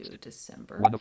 december